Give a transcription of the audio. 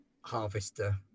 harvester